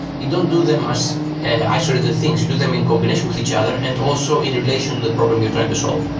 you don't do them as isolated things. you do them in combination with each other and also in relation to the problem you're trying to solve.